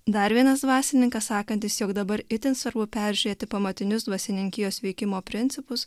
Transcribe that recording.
dar vienas dvasininkas sakantis jog dabar itin svarbu peržiūrėti pamatinius dvasininkijos veikimo principus